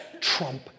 trump